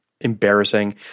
embarrassing